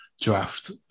draft